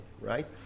right